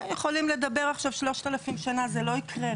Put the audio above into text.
יכולים לדבר עכשיו 3,000 שנה, זה לא יקרה.